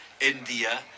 India